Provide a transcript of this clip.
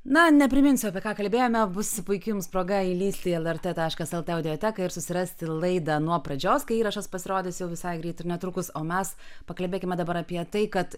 na nepriminsiu apie ką kalbėjome bus puiki jums proga įlįsti į lrt taškas lt audioteką ir susirasti laida nuo pradžios kai įrašas pasirodys jau visai greit ir netrukus o mes pakalbėkime dabar apie tai kad